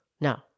No